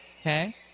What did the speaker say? Okay